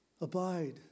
abide